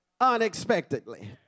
Unexpectedly